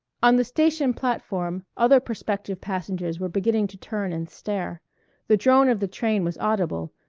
on the station platform other prospective passengers were beginning to turn and stare the drone of the train was audible,